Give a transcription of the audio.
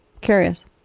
Curious